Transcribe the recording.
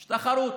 יש תחרות